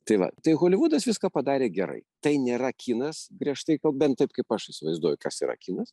tai va tai holivudas viską padarė gerai tai nėra kinas griežtai bent taip kaip aš įsivaizduoju kas yra kinas